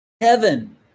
heaven